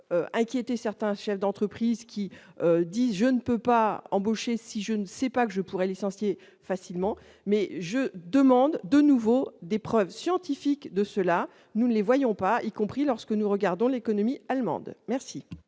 inquiéter certains chefs d'entreprise qui dit je ne peux pas embaucher si je ne sais pas, que je pourrais licencier facilement, mais je demande de nouveau des preuves scientifiques de cela, nous ne les voyons pas, y compris lorsque nous regardons l'économie allemande, merci.